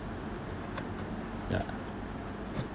ya